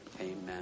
Amen